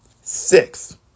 Six